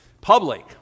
Public